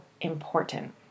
important